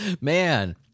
Man